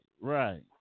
right